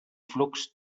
flux